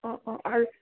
অ' অ' আৰু